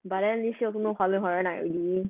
but then this year also no halloween horror night already